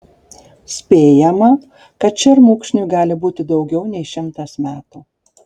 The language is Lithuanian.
spėjama kad šermukšniui gali būti daugiau nei šimtas metų